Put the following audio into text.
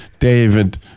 David